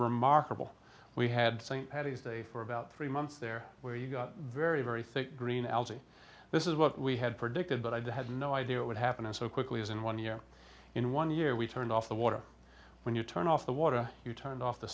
remarkable we had st paddy's day for about three months there where you got very very thick green algae this is what we had predicted but i had no idea it would happen so quickly as in one year in one year we turned off the water when you turn off the water you turn off the